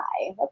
hi